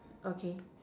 okay